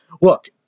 Look